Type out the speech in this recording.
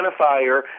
identifier